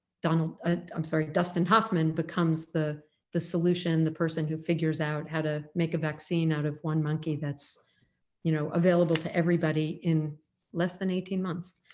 donald ah i'm sorry dustin hoffman becomes the the solution, the person who figures out how to make a vaccine out of one monkey that's you know, available to everybody in less than eighteen months.